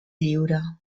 lliure